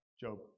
Job